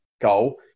goal